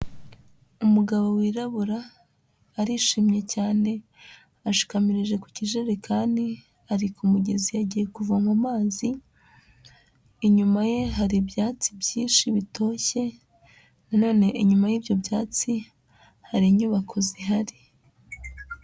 Umugabo wirabura arishimye cyane ashikamirije ku kijerekani ari ku umugezi yagiye kuvoma amazi, inyuma ye hari ibyatsi byinshi bitoshye, nanone inyuma y'ibyo byatsi hari inyubako zihari.